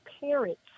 parents